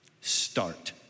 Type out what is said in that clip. Start